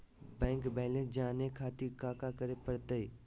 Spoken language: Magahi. बैंक बैलेंस जाने खातिर काका करे पड़तई?